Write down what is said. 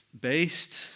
based